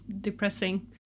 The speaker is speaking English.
depressing